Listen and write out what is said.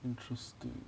interesting